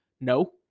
No